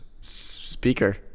speaker